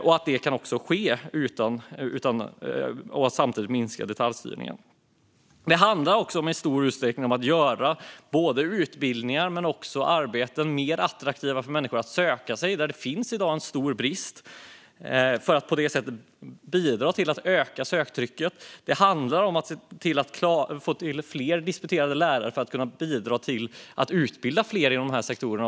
Detta måste kunna ske med minskad detaljstyrning. Det handlar om att göra utbildningar men också arbeten där det i dag finns en stor brist mer attraktiva för människor att söka sig till. På så vis kan man bidra till att öka söktrycket. Det handlar också om att få fram fler disputerade lärare som kan bidra till att utbilda fler inom dessa sektorer.